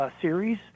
series